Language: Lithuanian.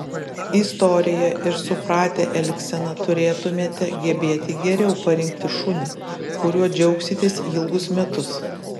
istoriją ir supratę elgseną turėtumėte gebėti geriau parinkti šunį kuriuo džiaugsitės ilgus metus